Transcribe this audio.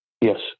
Yes